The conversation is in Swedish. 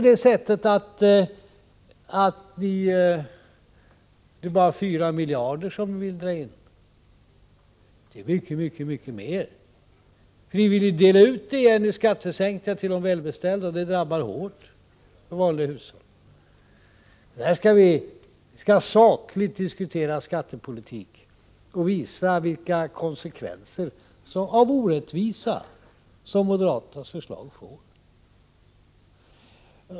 Det är inte bara 4 miljarder som ni vill dra in — det är mycket mer. Ni vill ju dela ut dessa pengar i skattesänkningar åt de välbeställda, och det drabbar vanliga hushåll hårt. Vi skall sakligt diskutera skattepolitik och visa vilka konsekvenser av orättvisa som moderaternas förslag får.